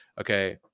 Okay